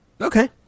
okay